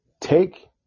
take